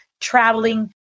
traveling